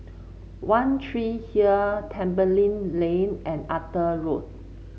One Tree Hill Tembeling Lane and Arthur Road